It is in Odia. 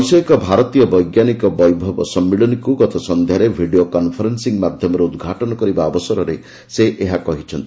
ବୈଷୟିକ ଭାରତୀୟ ବୈଜ୍ଞାନିକ ଭୈବବ ସମ୍ମିଳନୀକୁ ଗତ ସଂଧ୍ୟାରେ ଭିଡ଼ିଓ କନ୍ଫରେନ୍ନିଂ ମାଧ୍ୟମରେ ଉଦ୍ଘାଟନ କରିବା ଅବସରରେ ସେ ଏହା କହିଛନ୍ତି